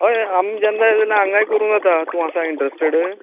हय हय आमज्यान जाय जाल्यार हांगाय करूं जाता तूं आसा इंट्रस्टेड